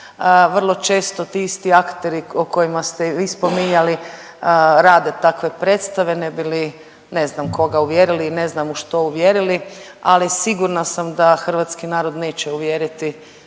vrlo često ti isti akteri o kojima ste i vi spominjali rade takve predstave ne bi li, ne znam koga uvjerili i ne znam u što uvjerili, ali sigurna sam da hrvatski narod neće uvjeriti